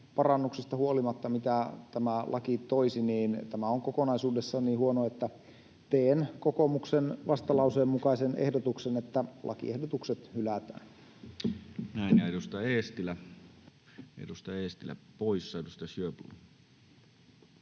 parannuksista huolimatta, mitä tämä laki toisi, tämä on kokonaisuudessaan niin huono, että teen kokoomuksen vastalauseen mukaisen ehdotuksen, että lakiehdotukset hylätään. [Speech 205] Speaker: Toinen varapuhemies